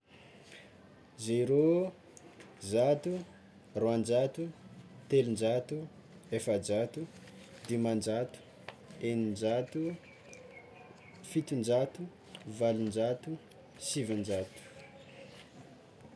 Zero, zato, roanjato, telonjato, efajato, dimanjato, eninjato, fitonjato, valonjato, sivinjato, arivo, zato sy arivo